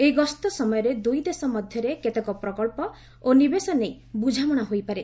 ଏହି ଗସ୍ତ ସମୟରେ ଦୁଇଦେଶ ମଧ୍ୟରେ କେତେକ ପ୍ରକଳ୍ପ ଓ ନିବେଶ ନେଇ ବୁଝାମଣା ହୋଇପାରେ